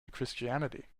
christianity